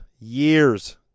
years